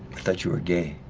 thought you were gay.